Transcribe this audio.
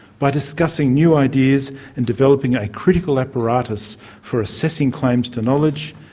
by discussing new ideas and developing a critical apparatus for assessing claims to knowledge,